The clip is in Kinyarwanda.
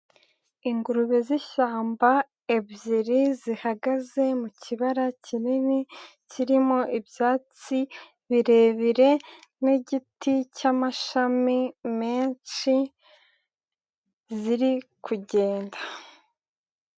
Ingurube z'ishyamba ebyiri zihagaze mu kibara kinini kirimo ibyatsi birebire n'igiti cy'amashami menshi, ziri kugenda.